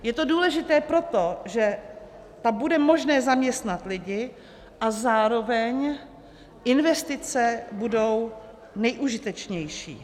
Je to důležité proto, že tam bude možné zaměstnat lidi a zároveň investice budou nejužitečnější.